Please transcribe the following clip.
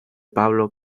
pablo